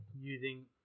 using